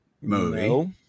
movie